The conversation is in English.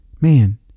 Man